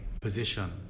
position